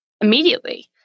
immediately